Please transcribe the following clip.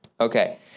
Okay